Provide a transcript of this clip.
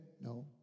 No